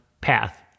path